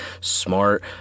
Smart